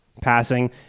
passing